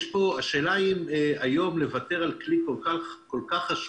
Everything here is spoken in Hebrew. השאלה היא אם היום נוותר על כלי כל כך חשוב.